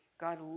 God